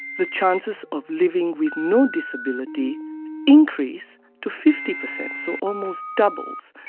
the chances of living with no disability increased to fifty percent, so almost doubles.